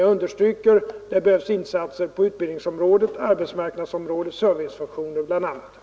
Jag understryker att det därvidlag behövs insatser bl.a. på utbildningsområdet, arbetsmarknadsområdet och i fråga om servicefunktionerna.